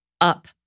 up